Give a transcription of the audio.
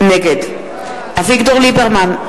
נגד אביגדור ליברמן,